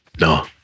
No